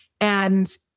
And-